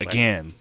Again